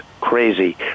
crazy